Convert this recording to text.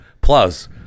Plus